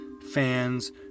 fans